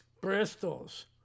Bristol's